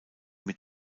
mit